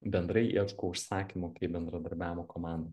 bendrai ieško užsakymų kaip bendradarbiavimo komanda